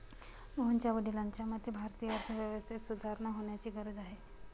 मोहनच्या वडिलांच्या मते, भारतीय अर्थव्यवस्थेत सुधारणा होण्याची गरज आहे